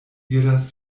iras